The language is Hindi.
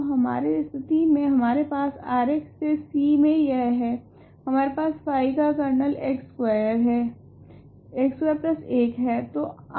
तो हमारे स्थिति मे हमारे पास R से C मे यह है हमारे पास फाई का कर्नल x स्कवेर 1 है